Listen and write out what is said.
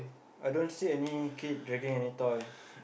I don't see any kid dragging any toy